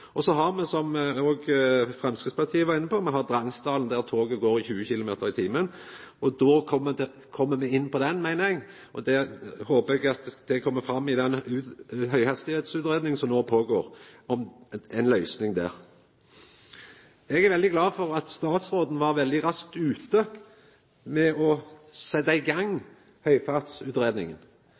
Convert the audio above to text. stasjon. Så har me, som òg Framstegspartiet var inne på, Drangsdalen, der toget går i 20 km/t. Då kjem me inn på han, meiner eg, og eg håper det kjem fram ei løysing der i den høghastigheitsutgreiinga som no blir gjennomført. Eg er veldig glad for at statsråden var veldig raskt ute med å setja i gang